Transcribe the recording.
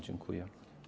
Dziękuję.